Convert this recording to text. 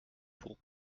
pour